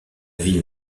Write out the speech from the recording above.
ville